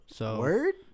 Word